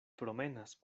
promenas